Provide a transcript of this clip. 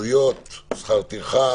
עלויות, שכר טרחה,